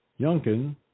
Youngkin